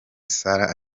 sarah